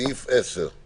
בנסיבות שבהן